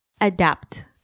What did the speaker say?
adapt